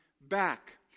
back